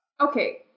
Okay